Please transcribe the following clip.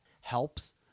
helps